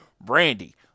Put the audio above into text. Brandy